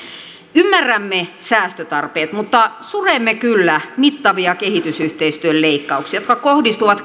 ymmärrämme säästötarpeet mutta suremme kyllä mittavia kehitysyhteistyön leikkauksia jotka kohdistuvat